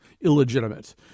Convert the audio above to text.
illegitimate